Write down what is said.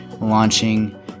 launching